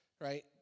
right